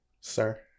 sir